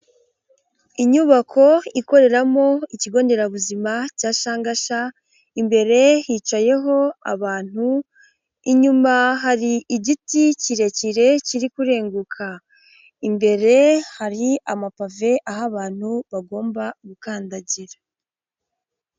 Inyubako ikoreramo ikigo nderabuzima cya Shangasha, imbere hicayeho abantu, inyuma hari igiti kirekire kiri kurenguka, imbere hari amapave aho abantu bagomba gukandagira.